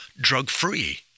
drug-free